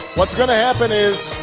what's going to happen is,